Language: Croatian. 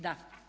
Da.